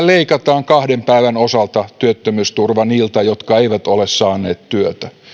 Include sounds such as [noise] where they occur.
[unintelligible] leikataan kahden päivän osalta työttömyysturva niiltä jotka eivät ole saaneet työtä